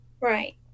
Right